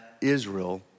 Israel